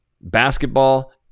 basketball